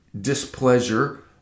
displeasure